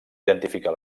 identificar